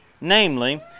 namely